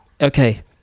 okay